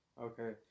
Okay